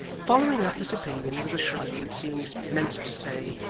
following up this opinion with a shrug that seemed meant to say,